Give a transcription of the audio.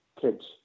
kids